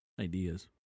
ideas